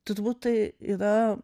turbūt tai yra